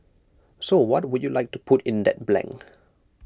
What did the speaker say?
so what would you like to put in that blank